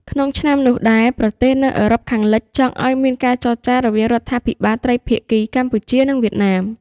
ក្នុងឆ្នាំនោះដែរ ប្រទេសនៅអឺរ៉ុបខាងលិចចង់ឱ្យមានការចរចារវាងរដ្ឋាភិបាលត្រីភាគីកម្ពុជា និងវៀតណាម។